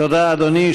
תודה, אדוני.